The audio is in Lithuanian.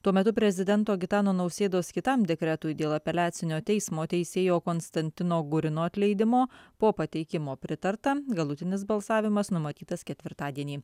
tuo metu prezidento gitano nausėdos kitam dekretui dėl apeliacinio teismo teisėjo konstantino gurino atleidimo po pateikimo pritarta galutinis balsavimas numatytas ketvirtadienį